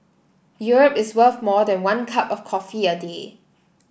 Europe is worth more than one cup of coffee a day